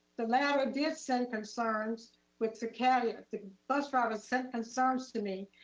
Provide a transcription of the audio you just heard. the latter did send concerns with the carrier. the bus driver sent concerns to me,